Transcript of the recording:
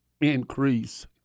increase